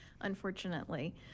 unfortunately